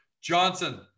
Johnson